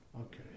okay